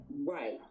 Right